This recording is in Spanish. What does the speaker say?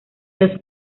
los